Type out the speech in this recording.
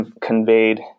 conveyed